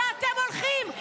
שאתם הולכים,